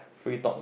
free talk